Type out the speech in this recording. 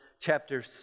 chapter